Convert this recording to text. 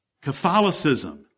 Catholicism